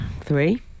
Three